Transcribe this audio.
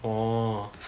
orh